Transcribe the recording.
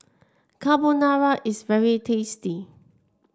Carbonara is very tasty